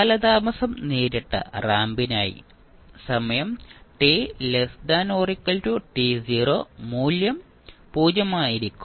കാലതാമസം നേരിട്ട റാമ്പിനായി സമയം t മൂല്യം 0 ആയിരിക്കും